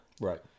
Right